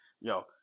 yo